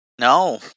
No